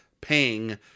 paying